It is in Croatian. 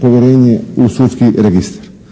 povjerenje u sudski registar.